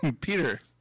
Peter